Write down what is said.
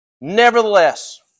Nevertheless